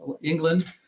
England